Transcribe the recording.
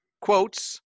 quotes